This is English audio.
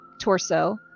torso